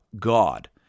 God